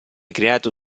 creato